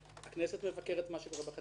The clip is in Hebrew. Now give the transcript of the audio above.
הכנסת מבקרת את מה שקורה בחטיבה,